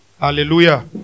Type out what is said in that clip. hallelujah